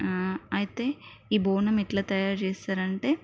అయితే ఈ బోనం ఎలా తయారు చేస్తారంటే